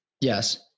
Yes